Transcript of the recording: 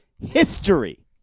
history